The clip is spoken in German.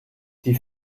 die